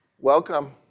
Welcome